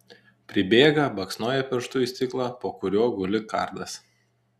pribėga baksnoja pirštu į stiklą po kuriuo guli kardas